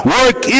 work